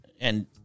And-